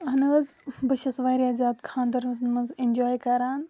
اہن حظ بہٕ چھیٚس واریاہ زیادٕ خانٛدرَن منٛز ایٚنجوٛاے کَران